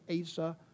Asa